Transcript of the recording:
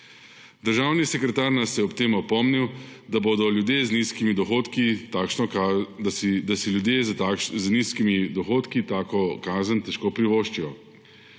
Državni sekretar nas je ob tem opomnil, da si ljudje z nizkimi dohodki takšno kazen težko privoščijo.